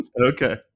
Okay